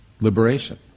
Liberation